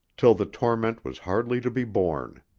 till the torment was hardly to be borne.